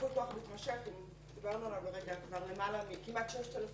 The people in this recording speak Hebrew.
ייפוי כוח מתמשך - דיברנו על כמעט 6,000